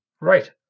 Right